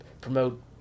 promote